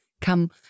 come